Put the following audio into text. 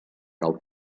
cal